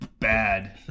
Bad